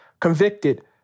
convicted